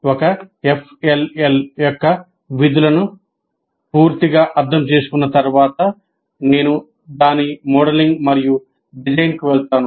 నేను FLL యొక్క విధులను పూర్తిగా అర్థం చేసుకున్న తర్వాత నేను దాని మోడలింగ్ మరియు డిజైన్కు వెళ్తాను